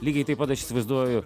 lygiai taip pat aš įsivaizduoju